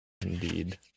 Indeed